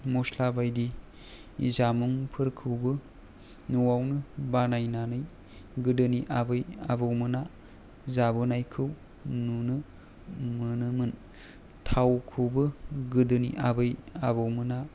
मस्ला बायदि जामुंफोरखौबो न'आवनो बानायनानै गोदोनि आबै आबौमोना जाबोनायखौ नुनो मोनोमोन थावखौबो गोदोनि आबै आबौमोना